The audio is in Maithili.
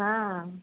हाँ